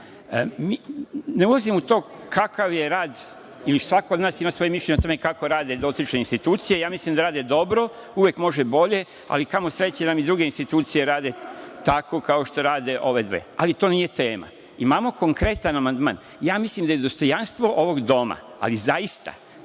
Ne ulazim u to kakav je rad, jer svako od nas ima mišljenje kako rade dotične institucije, mislim da rade dobro, uvek može bolje, ali kamo sreće da nam i druge institucije rade tako kao što rade ove dve, ali to nije tema. Imamo konkretan amandman, mislim da je dostojanstvo ovog doma, ali